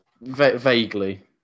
Vaguely